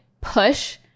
push